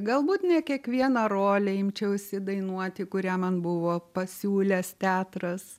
galbūt ne kiekvieną rolę imčiausi dainuoti kurią man buvo pasiūlęs teatras